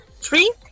Three